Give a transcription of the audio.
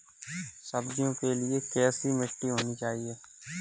सब्जियों के लिए कैसी मिट्टी होनी चाहिए?